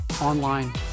online